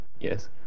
yes